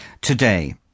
Today